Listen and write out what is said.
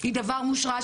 היא דבר מושרש,